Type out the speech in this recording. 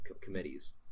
committees